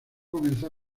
comenzó